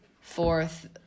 Fourth